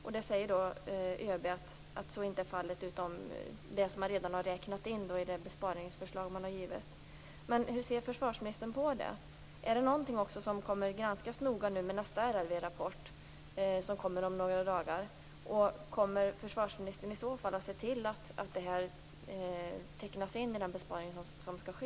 ÖB säger att så inte är fallet förutom det som man redan har räknat in i det besparingsförslag som man har lämnat. Hur ser försvarsministern på detta? Är det något som kommer att granskas noga nu när nästa RRV-rapport kommer om några dagar? Kommer försvarsministern i så fall att se till det här tecknas in i de besparingar som skall ske?